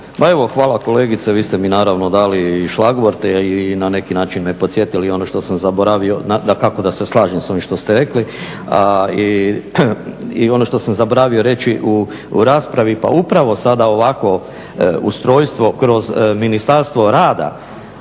hvala kolegice vi ste mi naravno dali šlagvorte i na neki način me podsjetili ono što sam zaboravio. Dakako da se slažem sa ovim što ste rekli i ono što sam zaboravio reći u raspravi, pa upravo sada ovakvo ustrojstvo kroz Ministarstvo rada,